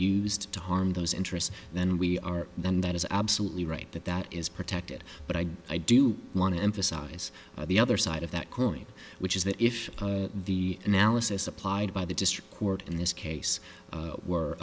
used to harm those interests then we are then that is absolutely right that that is protected but i do i do want to emphasize the other side of that coin which is that if the analysis applied by the district court in this case were